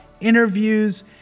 interviews